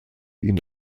ihn